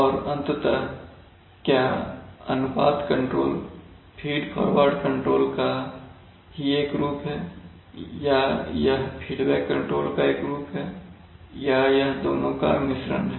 और अंततः क्या अनुपात कंट्रोल फीडफॉरवर्ड कंट्रोल का ही एक रूप है या यह फीडबैक कंट्रोल का एक रूप है या यह दोनों का मिश्रण है